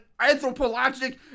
anthropologic